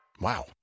Wow